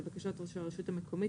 לבקשת ראש הרשות המקומית,